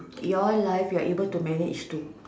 your life you're able to manage to